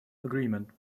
agreement